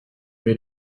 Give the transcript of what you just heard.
vais